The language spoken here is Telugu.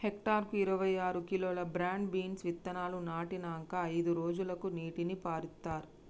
హెక్టర్ కు ఇరవై ఆరు కిలోలు బ్రాడ్ బీన్స్ విత్తనాలు నాటినంకా అయిదు రోజులకు నీటిని పారిత్తార్